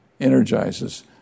Energizes